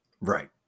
right